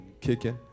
kicking